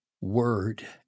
word